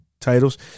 titles